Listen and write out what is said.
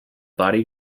body